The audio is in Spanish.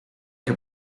que